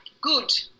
good